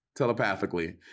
telepathically